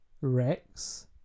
Rex